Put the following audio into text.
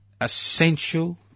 essential